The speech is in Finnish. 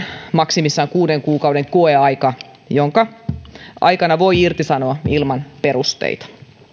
maksimissaan kuuden kuukauden koeaika jonka aikana voi irtisanoa ilman perusteita